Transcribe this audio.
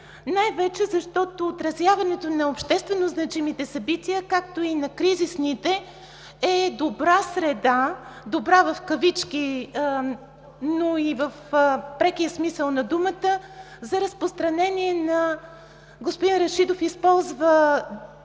Най-вече защото отразяването на общественозначимите събития, както и на кризисните, е добра среда – добра в кавички, но и в прекия смисъл на думата за разпространение на – господин Рашидов използва